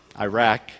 Iraq